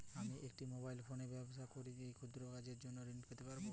আমি একটি মোবাইল ফোনে ব্যবসা করি এই ক্ষুদ্র কাজের জন্য ঋণ পেতে পারব?